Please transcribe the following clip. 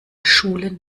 schulen